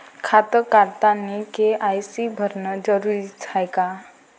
खातं काढतानी के.वाय.सी भरनं जरुरीच हाय का?